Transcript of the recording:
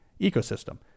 ecosystem